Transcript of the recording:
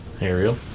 Ariel